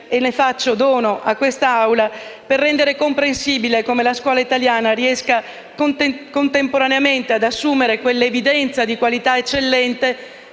e ne faccio dono a quest'Assemblea, per rendere comprensibile come la scuola italiana riesca contemporaneamente ad assumere quella evidenza di qualità eccellente,